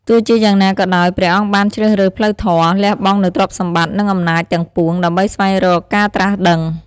ទោះជាយ៉ាងណាក៏ដោយ ព្រះអង្គបានជ្រើសរើសផ្លូវធម៌ លះបង់នូវទ្រព្យសម្បត្តិ និងអំណាចទាំងពួង ដើម្បីស្វែងរកការត្រាស់ដឹង។